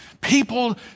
People